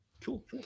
Cool